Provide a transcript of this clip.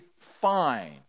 fine